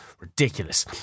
Ridiculous